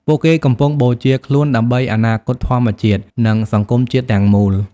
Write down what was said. ពួកគេកំពុងបូជាខ្លួនដើម្បីអនាគតធម្មជាតិ និងសង្គមជាតិទាំងមូល។